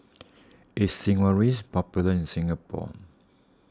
is Sigvaris popular in Singapore